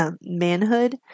manhood